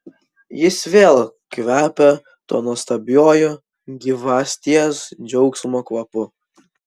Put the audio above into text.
jis vėl kvepia tuo nuostabiuoju gyvasties džiaugsmo kvapu